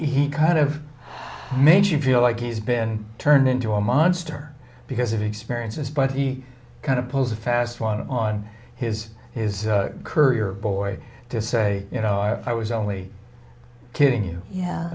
own kind of makes you feel like he's been turned into a monster because of experiences but he kind of pulls a fast one on his his courier boy to say you know i was only kidding y